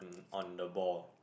on the ball